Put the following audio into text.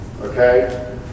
okay